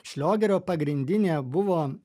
šliogerio pagrindinė buvo